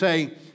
say